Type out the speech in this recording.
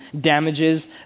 damages